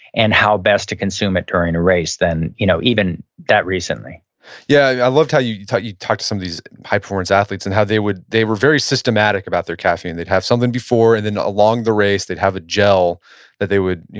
and how best to consume it during a race than you know even that recently yeah, i loved how you talked you talked to some of these high-performance athletes and how they would, they were very systematic about their caffeine. they'd have something before and then along the race, they'd have a gel that they would